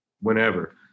whenever